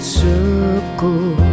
circle